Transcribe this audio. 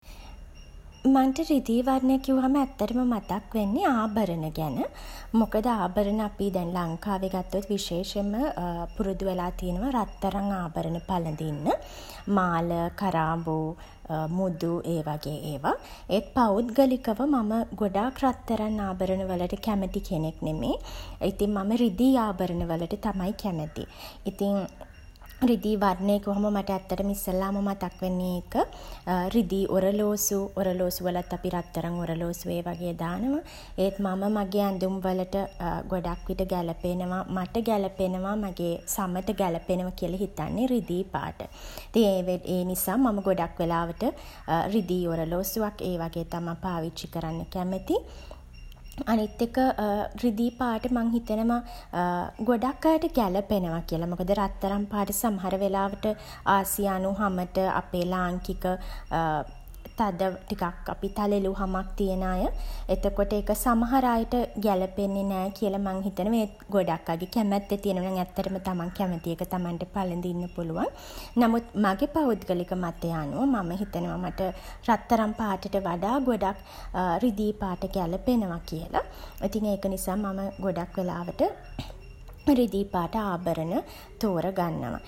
මට රිදී වර්ණය කිව්වහම ඇත්තටම මතක් වෙන්නේ ආභරණ ගැන. මොකද ආභරණ අපි දැන් ලංකාවේ ගත්තොත් විශේෂයෙන්ම පුරුදු වෙලා තියෙනවා රත්තරන් ආභරණ පළඳින්න. මාල, කරාබු, මුදු, ඒ වගේ ඒවා. ඒත් පෞද්ගලිකව මම ගොඩාක් රත්තරන් ආභරණ වලට කැමති කෙනෙක් නෙමේ. ඉතින් මම රිදී ආභරණ වලට තමයි කැමති. ඉතින් රිදී වර්ණය කිව්වම මට ඇත්තටම ඉස්සෙල්ලාම මතක් වෙන්නේ ඒක. රිදී ඔරලෝසු. ඔරලෝසු වලත් අපි රත්තරන් ඔරලෝසු ඒ වගේ දානවා. ඒත් මම මගේ ඇඳුම් වලට ගොඩක් විට ගැලපෙනවා, මට ගැලපෙනවා, මගේ සමට ගැලපෙනවා කියලා හිතන්නේ රිදී පාට. ඉතින් ඒ නිසා මම ගොඩක් වෙලාවට රිදී ඔරලෝසුවක් ඒ වගේ තමා පාවිච්චි කරන්න කැමති. අනිත් එක රිදී පාට මං හිතනවා ගොඩක් අයට ගැලපෙනවා කියලා. මොකද රත්තරන් පාට සමහර වෙලාවට ආසියානු හමට, අපේ ලාංකික තද ටිකක් අපි තලෙළු හමක් තියෙන අය. එතකොට ඒක සමහර අයට ගැළපෙන්නේ නෑ කියලා මං හිතනවා. ඒත් ගොඩක් අයගේ කැමැත්ත තියනවා නම් ඇත්තටම තමන් කැමති එක තමන්ට පළඳින්න පුළුවන්. නමුත් මගේ පෞද්ගලික මතය අනුව මම හිතනවා මට රත්තරන් පාටට වඩා ගොඩක් රිදී පාට ගැලපෙනවා කියලා. ඉතින් ඒක නිසා මම ගොඩක් වෙලාවට රිදී පාට ආභරණ තෝර ගන්නවා.